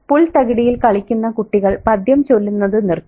പുൽത്തകിടിയിൽ കളിക്കുന്ന കുട്ടികൾ പദ്യം ചൊല്ലുന്നത് നിർത്തി